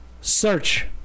Search